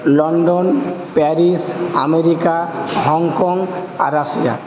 London Paris America Hong Kong আর Russia